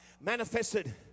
manifested